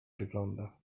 wygląda